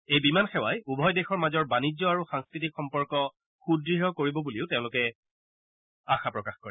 এই বিমান সেৱাই উভয় দেশৰ মাজৰ বাণিজ্য আৰু সাংস্কৃতিক সম্পৰ্ক সুদৃঢ় কৰিব বুলিও তেওঁলোকে প্ৰকাশ কৰে